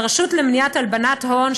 לרשות למניעת הלבנת הון,